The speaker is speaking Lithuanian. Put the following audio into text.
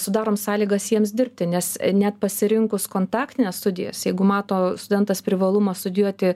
sudarom sąlygas jiems dirbti nes net pasirinkus kontaktines studijas jeigu mato studentas privalumą studijuoti